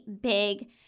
big